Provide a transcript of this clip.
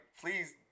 please